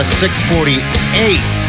6.48